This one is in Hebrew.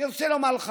אני רוצה לומר לך,